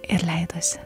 ir leidosi